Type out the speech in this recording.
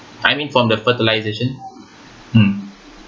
I mean from the fertilisation mm